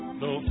no